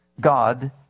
God